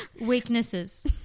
weaknesses